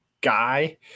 guy